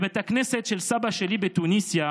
בבית הכנסת של סבא שלי בתוניסיה,